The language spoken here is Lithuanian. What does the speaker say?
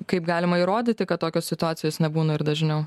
kaip galima įrodyti kad tokios situacijos nebūna ir dažniau